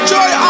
Joy